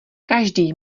každý